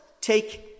take